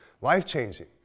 life-changing